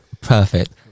Perfect